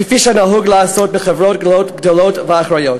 כפי שנהוג לעשות בחברות גדולות ואחראיות.